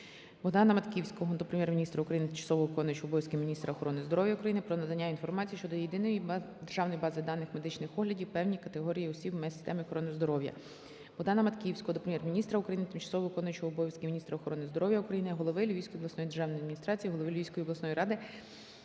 Богдана Матківського до Прем'єр-міністра України, тимчасово виконуючої обов'язки міністра охорони здоров'я України про надання інформації щодо Єдиної державної бази даних медичних оглядів певних категорій осіб в системі охорони здоров'я. Богдана Матківського до Прем'єр-міністра України, тимчасово виконуючої обов'язки міністра охорони здоров'я України, голови Львівської обласної державної адміністрації, голови Львівської обласної ради